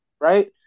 right